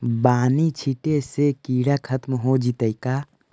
बानि छिटे से किड़ा खत्म हो जितै का?